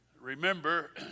Remember